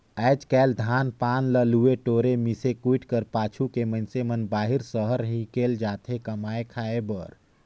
आएज काएल धान पान ल लुए टोरे, मिस कुइट कर पाछू के मइनसे मन बाहिर सहर हिकेल जाथे कमाए खाए बर